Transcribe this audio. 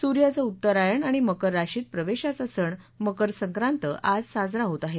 सूर्याच उत्तरायण आणि मकर राशीत प्रवेशाचा सण मकर संक्रांत आज साजरा होत आहे